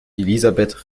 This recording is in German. elisabeth